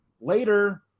later